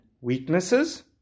weaknesses